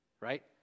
right